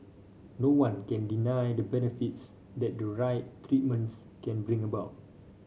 no one can deny the benefits that the right treatments can bring about